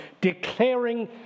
declaring